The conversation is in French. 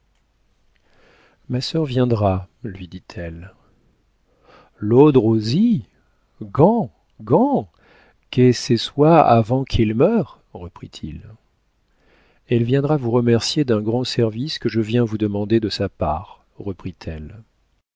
ma sœur viendra lui dit-elle l'audre auzi gand gand ke cé soid afant qu'il meure reprit-il elle viendra vous remercier d'un grand service que je viens vous demander de sa part